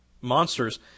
monsters